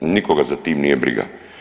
Nikoga za tim nije briga.